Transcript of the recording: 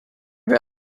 wer